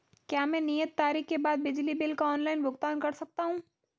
क्या मैं नियत तारीख के बाद बिजली बिल का ऑनलाइन भुगतान कर सकता हूं?